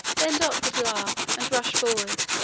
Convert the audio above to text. then dot would laugh, and rush forward,